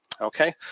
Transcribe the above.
Okay